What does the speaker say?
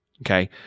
Okay